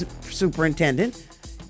Superintendent